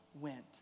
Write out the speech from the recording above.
went